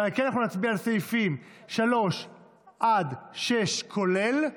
ועל כן אנחנו נצביע על סעיפים 3 עד 6, כולל,